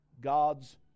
God's